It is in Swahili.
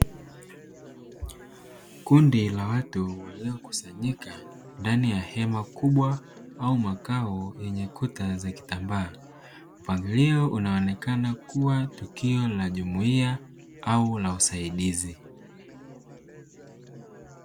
Kundi la watu waliokusanyika ndani ya hema kubwa la makao lenye kuta za kitambaa. Mpangilio unaonyesha kuwa tukio ni la jumuiya au la wasaidizi.